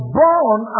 born